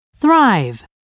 thrive